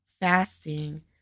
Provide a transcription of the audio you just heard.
fasting